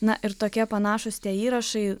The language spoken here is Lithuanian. na ir tokie panašūs tie įrašai